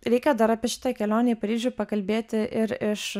reikia dar apie šitą kelionę į paryžių pakalbėti ir iš